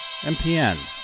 MPN